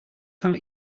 count